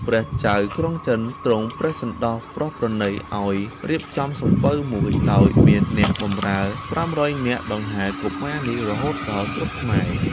ព្រះចៅក្រុងចិនទ្រង់ព្រះសណ្តោសប្រោសប្រណីឱ្យរៀបចំសំពៅមួយ ដោយមានអ្នកបម្រើប្រាំរយនាក់ដង្ហែកុមារនេះរហូតដល់ស្រុកខ្មែរ។